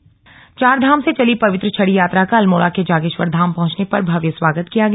छड़ी यात्रा चारधाम से चली पवित्र छड़ी यात्रा का अल्मोड़ा के जागेश्वर धाम पहुंचने पर भव्य स्वागत किया गया